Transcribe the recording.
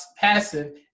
passive